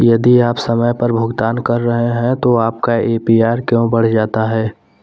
यदि आप समय पर भुगतान कर रहे हैं तो आपका ए.पी.आर क्यों बढ़ जाता है?